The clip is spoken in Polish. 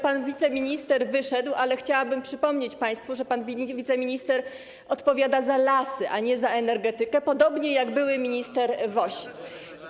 Pan wiceminister wyszedł, ale chciałabym przypomnieć państwu, że pan wiceminister odpowiada za lasy, a nie za energetykę, podobnie jak były minister Woś.